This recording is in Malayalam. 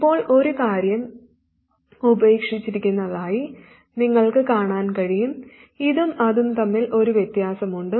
ഇപ്പോൾ ഒരു കാര്യം ഉപേക്ഷിച്ചിരിക്കുന്നതായി നിങ്ങൾക്ക് കാണാൻ കഴിയും ഇതും അതും തമ്മിൽ ഒരു വ്യത്യാസമുണ്ട്